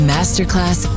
Masterclass